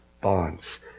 bonds